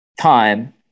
time